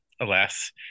alas